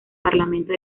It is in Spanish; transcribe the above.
parlamento